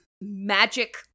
magic